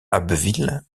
abbeville